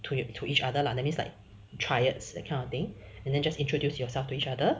to to each other lah that means like triads that kind of thing and then just introduce yourself to each other